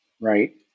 right